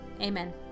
Amen